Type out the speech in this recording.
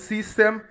System